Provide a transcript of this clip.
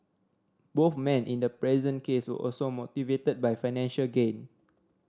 both men in the present case were also motivated by financial gain